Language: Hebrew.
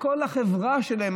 כל החברה שלהם,